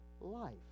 life